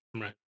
Right